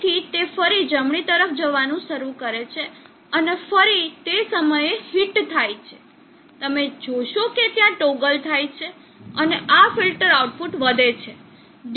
તેથી તે ફરી જમણી તરફ જવાનું શરૂ કરે છે અને ફરી તે સમયે હિટ થાય છે અને તમે જોશો કે ત્યાં ટોગલ થાય છે અને આ ફિલ્ટર આઉટપુટ વધે છે